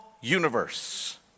universe